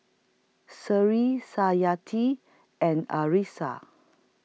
Sri and Arissa